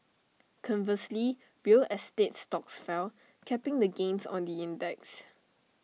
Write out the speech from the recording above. conversely real estate stocks fell capping the gains on the index